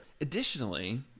Additionally